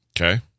Okay